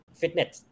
fitness